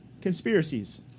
Conspiracies